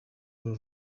uru